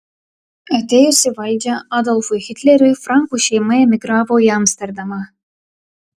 atėjus į valdžią adolfui hitleriui frankų šeima emigravo į amsterdamą